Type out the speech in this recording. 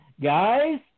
guys